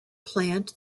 plant